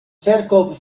verkopen